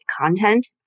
content